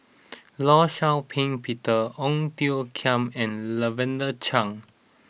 Law Shau Ping Peter Ong Tiong Khiam and Lavender Chang